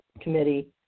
committee